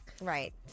Right